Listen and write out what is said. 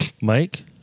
Mike